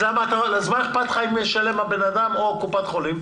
אז מה אכפת לך אם ישלם האדם או קופת החולים?